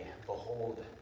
Behold